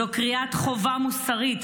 זו קריאת חובה מוסרית.